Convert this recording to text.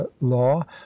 law